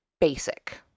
basic